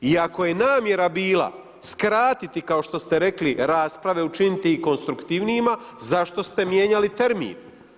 I ako je namjera bila skratiti, kao što ste rekli rasprave, učiniti ih konstruktivnijima, zašto ste mijenjali termin?